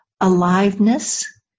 aliveness